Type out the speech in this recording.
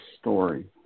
story